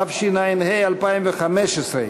התשע"ה 2015,